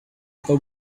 ever